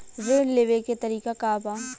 ऋण लेवे के तरीका का बा?